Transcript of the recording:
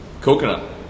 Coconut